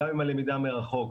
גם עם הלמידה מרחוק,